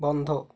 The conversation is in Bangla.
বন্ধ